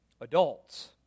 adults